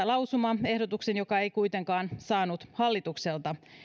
lausumaehdotuksen joka ei kuitenkaan saanut hallitukselta